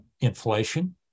inflation